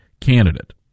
candidate